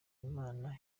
imana